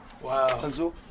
Wow